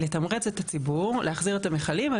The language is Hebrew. לתמרץ את הציבור להחזיר את המכלים על